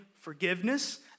forgiveness